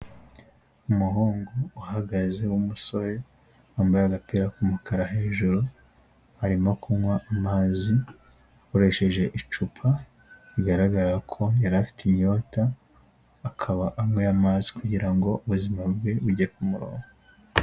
Umuhungu uhagaze w'umusore, wambaye agapira k'umukara hejuru, arimo kunywa amazi akoresheje icupa, bigaragara ko yari afite inyota, akaba anyoye amazi kugira ngo ubuzima bwe bujye kumurongo.